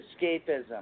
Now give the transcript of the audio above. escapism